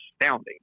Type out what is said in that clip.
astounding